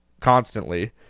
constantly